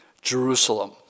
Jerusalem